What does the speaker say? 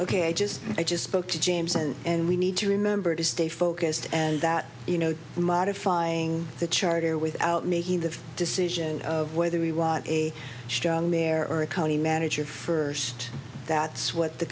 ok i just i just spoke to james and we need to remember to stay focused and that you know modifying the charter without making the decision of whether we want a strong there or a county manager for that's what the